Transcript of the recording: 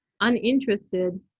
uninterested